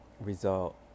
Result